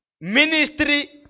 Ministry